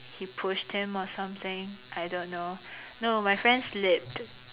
he pushed him or something I don't know no my friend slipped